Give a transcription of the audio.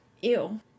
ew